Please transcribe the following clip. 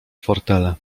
fortele